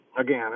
again